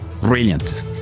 brilliant